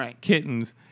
kittens